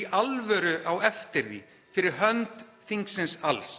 í alvöru á eftir því fyrir hönd þingsins alls.